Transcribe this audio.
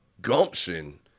gumption